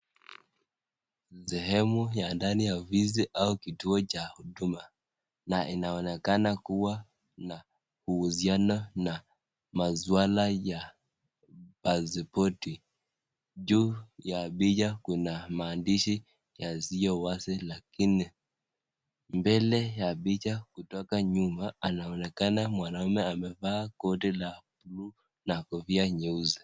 Sehemu ya ndani ya ofisi au kituo cha huduma na inaonekana kuwa na husiano na maswala ya paspoti. Juu ya picha kuna maandishi yasiyo wazi lakinimbele ya picha kutoka nyuma anaonekana mwanaume amevaa koti la buluu na kofia nyeusi.